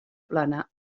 plana